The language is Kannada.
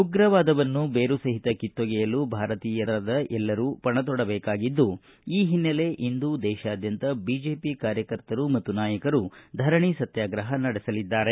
ಉಗ್ರವಾದವನ್ನು ಬೇರು ಸಹಿತ ಕಿತ್ತೊಗೆಯಲು ಭಾರತೀಯರೆಲ್ಲರೂ ನಾವೆಲ್ಲರೂ ಪಣತೊಡಬೇಕಾಗಿದ್ದು ಈ ಹಿನ್ನೆಲೆ ನಾಳೆ ದೇಶಾದ್ಯಂತ ಬಿಜೆಪಿ ಕಾರ್ಯಕರ್ತರು ಮತ್ತು ನಾಯಕರು ಧರಣಿ ಸತ್ನಾಗ್ರಹ ನಡೆಸಲಿದ್ದಾರೆ